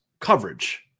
coverage